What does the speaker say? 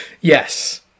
Yes